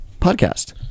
podcast